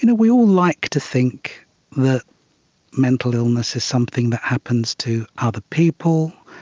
you know we all like to think that mental illness is something that happens to other people,